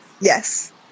Yes